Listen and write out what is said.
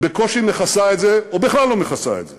בקושי מכסה את זה, או בכלל לא מכסה את זה.